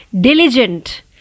Diligent